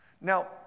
Now